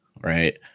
right